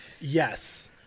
Yes